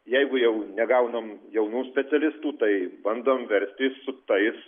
jeigu jau negaunam jaunų specialistų tai bandom verstis su tais